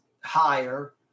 higher